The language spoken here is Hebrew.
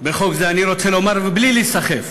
בחוק זה, אני רוצה לומר, ובלי להיסחף,